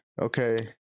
okay